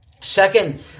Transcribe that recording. Second